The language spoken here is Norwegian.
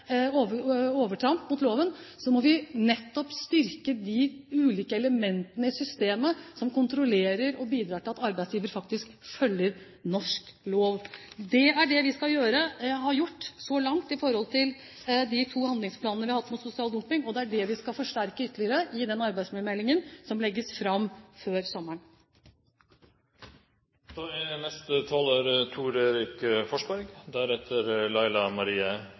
overtramp mot loven. Så må vi nettopp styrke de ulike elementene i systemet som kontrollerer og bidrar til at arbeidsgiver faktisk følger norsk lov. Det er det vi har gjort så langt i de to handlingsplanene vi har hatt mot sosial dumping, og det er det vi skal forsterke ytterligere i den arbeidsmiljømeldingen som legges fram før